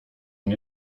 nie